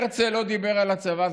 הרצל לא דיבר על הצבא,